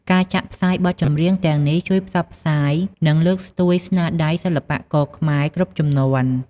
ការចាក់ផ្សាយបទចម្រៀងទាំងនេះជួយផ្សព្វផ្សាយ និងលើកស្ទួយស្នាដៃសិល្បករខ្មែរគ្រប់ជំនាន់។